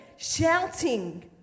shouting